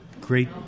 Great